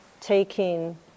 taking